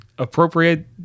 Appropriate